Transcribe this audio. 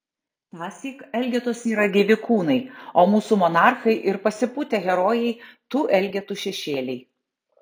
tąsyk elgetos yra gyvi kūnai o mūsų monarchai ir pasipūtę herojai tų elgetų šešėliai